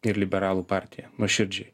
ir liberalų partija nuoširdžiai